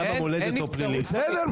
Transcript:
חד וחלק.